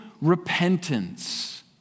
repentance